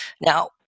Now